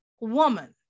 woman